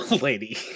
lady